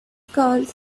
called